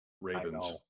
Ravens